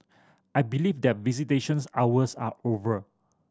I believe that visitations hours are over